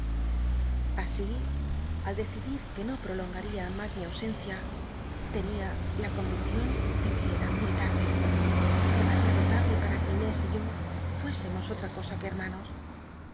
así al decid ir que no prolonga ría mas mi ausencia tenia la comiccion de que era muy tarde demasiado larde p ua que inés y yo fu emos otra cosa que